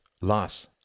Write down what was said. loss